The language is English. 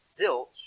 zilch